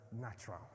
natural